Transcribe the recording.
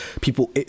people